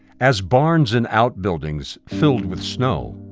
as barns and outbuildings filled with snow,